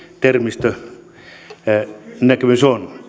termistönäkemys on